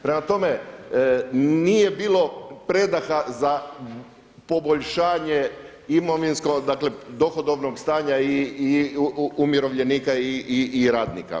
Prema tome, nije bilo predaha za poboljšanje imovinskog, dakle dohodovnog stanja i umirovljenika i radnika.